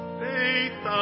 faith